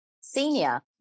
senior